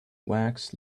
wax